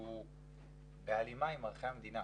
שהוא בהלימה עם ערכי המדינה.